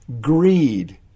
greed